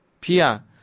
Pia